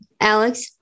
Alex